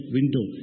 window